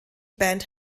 band